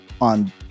on